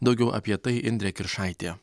daugiau apie tai indrė kiršaitė